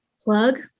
plug